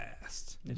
fast